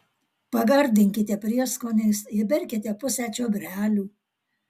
pagardinkite prieskoniais įberkite pusę čiobrelių